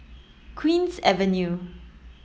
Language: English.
Queen's Avenue